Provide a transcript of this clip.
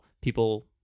people